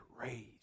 raised